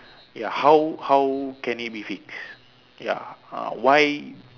ya how how can it be fixed ya uh why